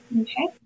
Okay